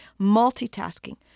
multitasking